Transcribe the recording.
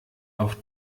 auf